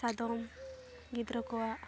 ᱥᱟᱫᱚᱢ ᱜᱤᱫᱽᱨᱟᱹ ᱠᱚᱣᱟᱜ